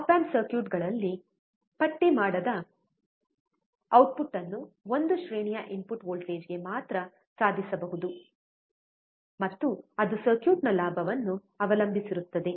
app amp ಸರ್ಕ್ಯೂಟ್ಗಳಲ್ಲಿ ಪಟ್ಟಿ ಮಾಡದ ಔಟ್ಪುಟ್ ಅನ್ನು ಒಂದು ಶ್ರೇಣಿಯ ಇನ್ಪುಟ್ ವೋಲ್ಟೇಜ್ಗೆ ಮಾತ್ರ ಸಾಧಿಸಬಹುದು ಮತ್ತು ಅದು ಸರ್ಕ್ಯೂಟ್ನ ಲಾಭವನ್ನು ಅವಲಂಬಿಸಿರುತ್ತದೆ